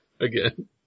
again